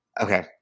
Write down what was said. Okay